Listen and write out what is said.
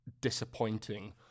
disappointing